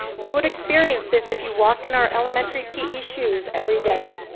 you would experience this if you walked in our elementary pe shoes every day.